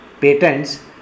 patents